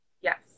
yes